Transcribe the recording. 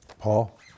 Paul